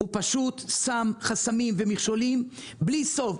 הוא פשוט שם חסמים ומכשולים בלי סוף.